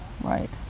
right